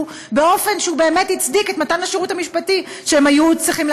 באופן שבאמת הצדיק את מתן השירות המשפטי שהם היו צריכים?